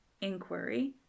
inquiry